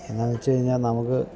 എന്താണെന്നു വച്ചു കഴിഞ്ഞാൽ നമുക്ക്